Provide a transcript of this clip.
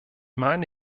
meine